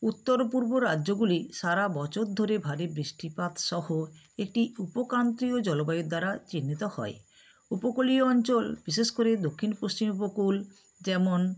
উত্তর পূর্ব রাজ্যগুলি সারা বছর ধরে ভারী বৃষ্টিপাত সহ একটি উপক্রান্তীয় জলবায়ুর দ্বারা চিহ্নিত হয় উপকূলীয় অঞ্চল বিশেষ করে দক্ষিণ পশ্চিম উপকূল যেমন